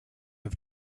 have